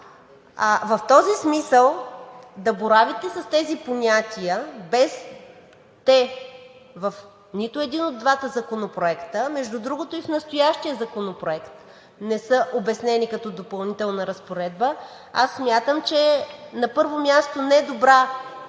В този смисъл да боравите с тези понятия, без те в нито един от двата законопроекта, между другото, и в настоящия законопроект не са обяснени като допълнителна разпоредба – смятам, че на първо място не е добра